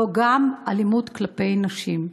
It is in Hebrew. גם זו אלימות כלפי נשים.